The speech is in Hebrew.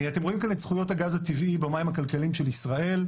אתם רואים כאן את זכויות הטבעי במים הכלכליים של ישראל,